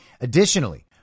Additionally